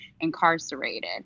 incarcerated